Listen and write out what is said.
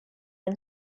and